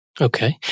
Okay